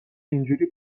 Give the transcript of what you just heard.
اینجوری